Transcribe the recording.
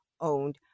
owned